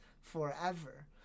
forever